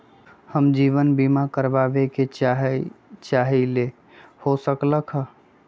हम जीवन बीमा कारवाबे के चाहईले, हो सकलक ह?